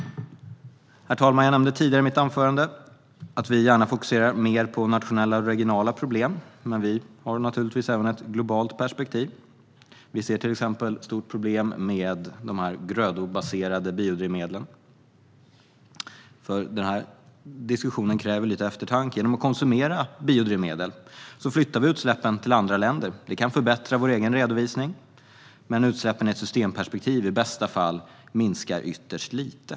Herr talman! Jag nämnde tidigare i mitt anförande att vi gärna fokuserar mer på nationella och regionala problem, även om vi naturligtvis också har ett globalt perspektiv. Vi ser till exempel ett stort problem med de grödobaserade biodrivmedlen. Denna diskussion kräver lite eftertanke. Genom att konsumera biodrivmedel flyttar vi utsläppen till andra länder. Detta kan förbättra vår egen redovisning, men i ett systemperspektiv minskar utsläppen, i bästa fall, ytterst lite.